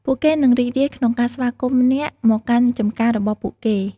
ពួកគេនឹងរីករាយក្នុងការស្វាគមន៍អ្នកមកកាន់ចម្ការរបស់ពួកគេ។